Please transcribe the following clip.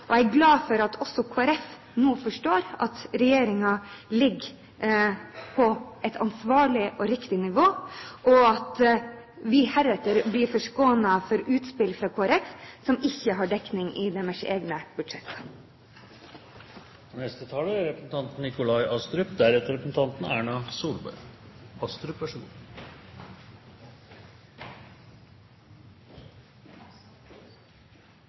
veivedlikehold. Jeg er glad for at også Kristelig Folkeparti nå forstår at regjeringens bevilgninger ligger på et ansvarlig og riktig nivå, og at vi heretter blir forskånet for utspill fra Kristelig Folkeparti som ikke har dekning i deres egne budsjetter. Representanten